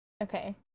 Okay